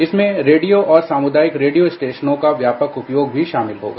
इसमें रेडियो और सामुदायिक रेडियो स्टेशनों का व्यापक उपयोग भी शामिल होगा